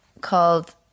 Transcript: called